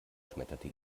schmetterte